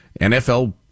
NFL